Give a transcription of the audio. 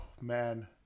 man